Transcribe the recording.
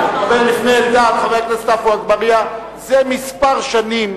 אגבאריה, מספר שנים